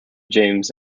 james